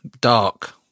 dark